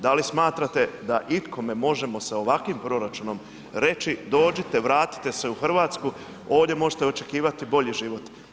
Da li smatrate da ikome sa ovakvim proračunom reći, dođite, vratite se u Hrvatsku, ovdje možete očekivati bolji život.